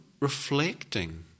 reflecting